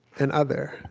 an other.